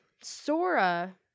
Sora